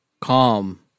calm